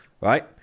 Right